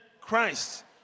Christ